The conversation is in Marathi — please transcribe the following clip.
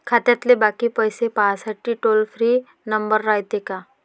खात्यातले बाकी पैसे पाहासाठी टोल फ्री नंबर रायते का?